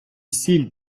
сіль